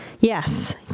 Yes